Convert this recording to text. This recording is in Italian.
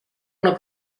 una